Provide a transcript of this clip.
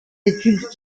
études